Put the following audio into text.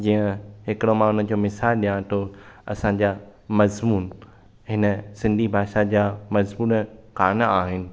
जीअं हिकिड़ो हुन जो मिसालु ॾियांव थो असांजा मज़मूनि हिन सिंधी भाषा जा मज़मूनु कान आहिनि